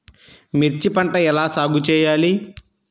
మిర్చి పంట ఎలా సాగు చేయాలి?